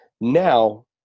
Now